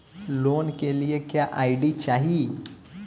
Loan के लिए क्या आई.डी चाही?